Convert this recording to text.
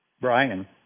Brian